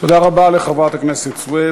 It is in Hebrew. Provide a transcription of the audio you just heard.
תודה רבה לחברת הכנסת סויד.